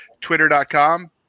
twitter.com